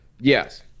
Yes